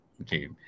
okay